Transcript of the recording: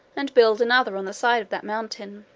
and build another on the side of that mountain,